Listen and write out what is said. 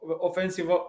offensive